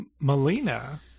Melina